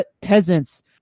peasants